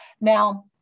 Now